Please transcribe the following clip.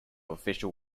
official